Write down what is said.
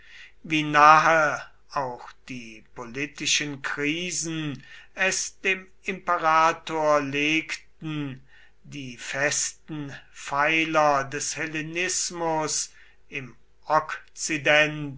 wie nahe auch die politischen krisen es dem imperator legten die festen pfeiler des hellenismus im okzident